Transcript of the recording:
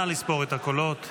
נא לספור את הקולות.